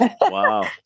Wow